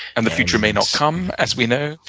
and the future may not come, as we know.